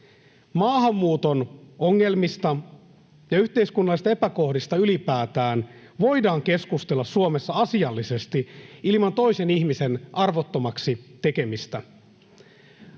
Maahanmuuton ongelmista ja yhteiskunnallisista epäkohdista ylipäätään voidaan keskustella Suomessa asiallisesti, ilman toisen ihmisen arvottomaksi tekemistä.